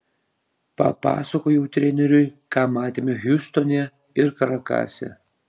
papasakojau treneriui ką matėme hjustone ir karakase